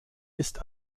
ist